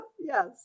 Yes